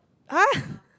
!huh!